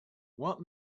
what